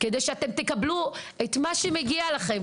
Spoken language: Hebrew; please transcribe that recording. כדי שאתם תקבלו את מה שמגיע לכם.